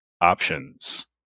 options